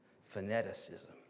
fanaticism